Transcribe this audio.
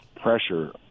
pressure